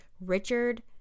Richard